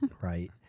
Right